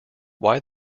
why